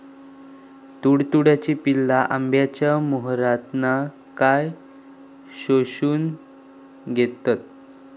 तुडतुड्याची पिल्ला आंब्याच्या मोहरातना काय शोशून घेतत?